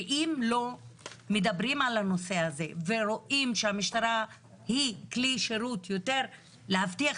ואם לא מדברים על הנושא הזה ורואים שהמשטרה היא כלי שירות יותר להבטיח